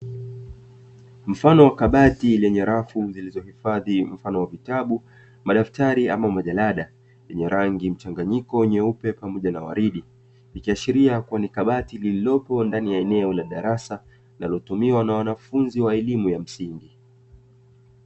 Mfano wa kabati lenye rafu zilizohifadhi mfano wa vitabu, madaftari ama majarada yenye rangi mchanganyiko nyeupe pamoja na waridi, ikiashiria ni kabati lililopo ndani ya eneo la darasa linalotumiwa na wanafunzi wa elimu ya msingi.